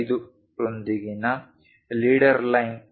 5 ರೊಂದಿಗಿನ leader line